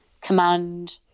command